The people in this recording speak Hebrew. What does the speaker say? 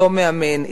אותו מאמן,